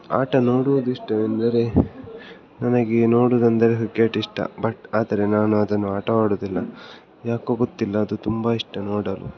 ಆಟ ನೋಡುವುದಿಷ್ಟವೆಂದರೆ ನನಗೆ ನೋಡುವುದೆಂದರೆ ಕ್ರಿಕೆಟ್ ಇಷ್ಟ ಬಟ್ ಆದರೆ ನಾನು ಅದನ್ನು ಆಟವಾಡುವುದಿಲ್ಲ ಯಾಕೊ ಗೊತ್ತಿಲ್ಲ ಅದು ತುಂಬ ಇಷ್ಟ ನೋಡಲು